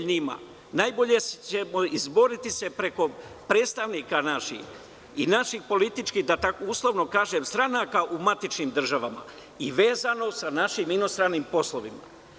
Najbolje ćemo se izboriti preko naših predstavnika i naših političkih, da tako uslovno kažem, stranaka u matičnim državama i vezano sa našim inostranim poslovima.